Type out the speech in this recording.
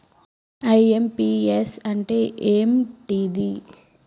IMPS అంటే ఏంటిది?